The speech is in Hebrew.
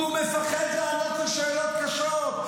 כי הוא מפחד לענות על שאלות קשות.